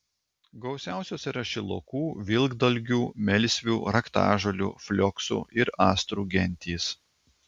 gausiausios yra šilokų vilkdalgių melsvių raktažolių flioksų ir astrų gentys